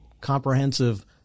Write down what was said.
comprehensive